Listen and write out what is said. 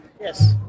yes